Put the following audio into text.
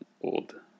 old